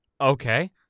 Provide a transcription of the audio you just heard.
okay